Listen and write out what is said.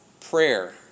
Prayer